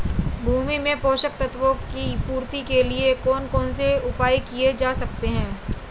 भूमि में पोषक तत्वों की पूर्ति के लिए कौन कौन से उपाय किए जा सकते हैं?